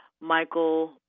Michael